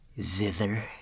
zither